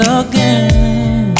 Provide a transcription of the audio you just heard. again